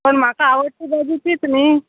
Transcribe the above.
पूण म्हाका आवडटा भाजी तीच न्ही